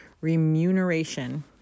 remuneration